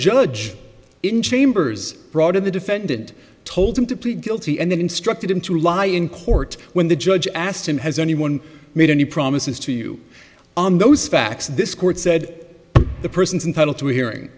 judge in chambers brought in the defendant told him to plead guilty and then instructed him to lie in court when the judge asked him has anyone made any promises to you on those facts this court said the person's entitle to a hearing